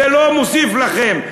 זה לא מוסיף לכם.